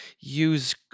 use